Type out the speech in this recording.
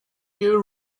you